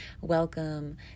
welcome